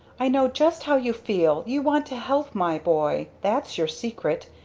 i know just how you feel! you want to help my boy! that's your secret!